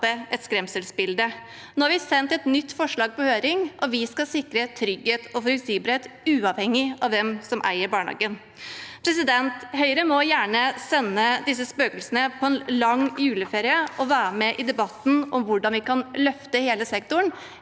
et skremselsbilde. Nå har vi sendt et nytt forslag på høring, og vi skal sikre trygghet og forutsigbarhet, uavhengig av hvem som eier barnehagen. Høyre må gjerne sende disse spøkelsene på en lang juleferie og være med i debatten om hvordan vi kan løfte hele sektoren.